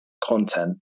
content